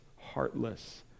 heartless